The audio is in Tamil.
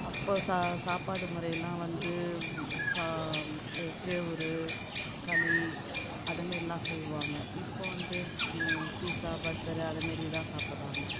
அப்போ சாப்பாடு முறையெல்லாம் வந்து கேவுரு களி அது மாரிலாம் செய்வாங்க இப்போது வந்து பீஸா பர்கரு அது மாரி தான் சாப்புடுறாங்க